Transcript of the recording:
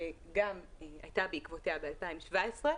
שגם הייתה בעקבותיה ב-2017,